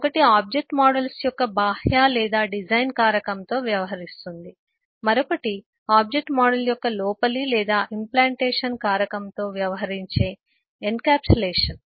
ఒకటి object models యొక్క బాహ్య లేదా డిజైన్ కారకంతో వ్యవహరిస్తుంది మరియు మరొకటి ఆబ్జెక్ట్ మోడల్ యొక్క లోపలి లేదా అమలు కారకంతో వ్యవహరించే ఎన్క్యాప్సులేషన్